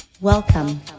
Welcome